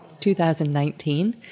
2019